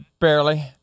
Barely